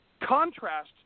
contrast